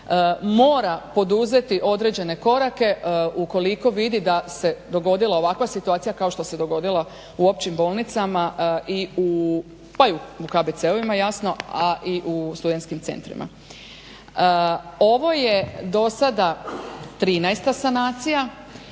mora poduzeti određene korake ukoliko vidi da se dogodila ovakva situacija, kao što se dogodila u općim bolnicama i u, pa i u u KBC-ovima jasno, a i studentskim centrima. Ovo je dosada 13 sanacija